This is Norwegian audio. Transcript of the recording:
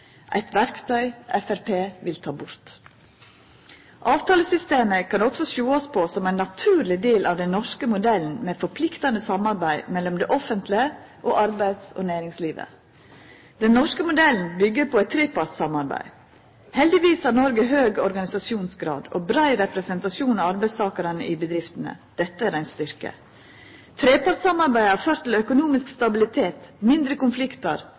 eit verktøy Framstegspartiet vil ta bort. Avtalesystemet kan òg sjåast på som ein naturleg del av den norske modellen med forpliktande samarbeid mellom det offentlege og arbeids- og næringslivet. Den norske modellen byggjer på eit trepartssamarbeid. Heldigvis har Noreg høg organisasjonsgrad og brei representasjon av arbeidstakarar i bedriftene. Dette er ein styrke. Trepartssamarbeidet har ført til økonomisk stabilitet, mindre konfliktar